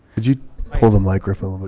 could you pull the microphone?